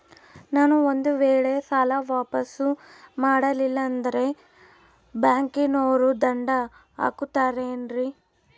ನಾನು ಒಂದು ವೇಳೆ ಸಾಲ ವಾಪಾಸ್ಸು ಮಾಡಲಿಲ್ಲಂದ್ರೆ ಬ್ಯಾಂಕನೋರು ದಂಡ ಹಾಕತ್ತಾರೇನ್ರಿ?